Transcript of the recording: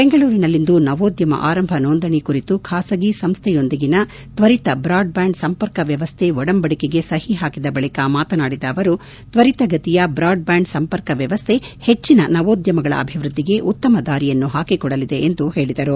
ಬೆಂಗಳೂರಿನಲ್ಲಿಂದು ನವೋದ್ಯಮ ಆರಂಭ ನೋಂದಣಿ ಕುರಿತು ಖಾಸಗಿ ಸಂಸ್ಥೆಯೊಂದಿಗಿನ ತ್ವರಿತ ಬ್ರಾಡ್ ಬ್ಯಾಂಡ್ ಸಂಪರ್ಕ ವ್ಯವಸ್ಥ ಒಡಂಬಡಿಕೆಗೆ ಸಹಿ ಪಾಕಿದ ಬಳಿಕ ಮಾತನಾಡಿದ ಅವರು ತ್ವರಿತ ಗತಿಯ ಬ್ರಾಡ್ ಬ್ಯಾಂಡ್ ಸಂಪರ್ಕ ವ್ಯವಸ್ಥೆ ಹೆಚ್ಚಿನ ನವೋದ್ಯಮಗಳ ಅಭಿವ್ಯದ್ದಿಗೆ ಉತ್ತಮ ದಾರಿಯನ್ನು ಹಾಕಿ ಕೊಡಲಿದೆ ಎಂದು ಹೇಳಿದರು